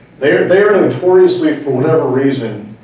they are they are notoriously for whatever reason,